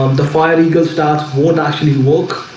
um the fiery girl starts won't actually work,